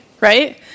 right